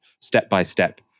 step-by-step